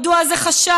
מדוע זה חשאי?